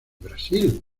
brasil